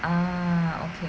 ah okay